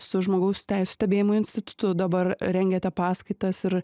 su žmogaus teisių stebėjimo institutu dabar rengiate paskaitas ir